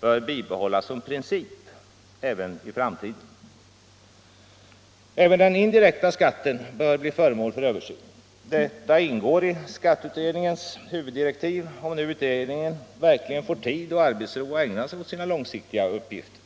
bör bibehållas som princip också i framtiden. Även den indirekta skatten bör bli föremål för översyn. Detta ingår i skatteutredningens huvuddirektiv — om nu utredningen verkligen får tid och arbetsro att ägna sig åt sina långsiktiga uppgifter.